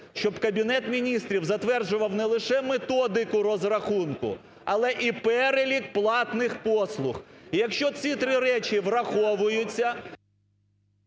щоб Кабінет Міністрів затверджував не лише методику розрахунку, але і перелік платних послуг. І якщо ці три речі враховуються…